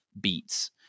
beats